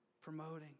promoting